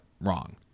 wrong